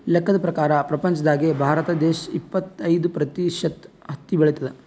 ಲೆಕ್ಕದ್ ಪ್ರಕಾರ್ ಪ್ರಪಂಚ್ದಾಗೆ ಭಾರತ ದೇಶ್ ಇಪ್ಪತ್ತೈದ್ ಪ್ರತಿಷತ್ ಹತ್ತಿ ಬೆಳಿತದ್